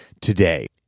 today